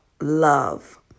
love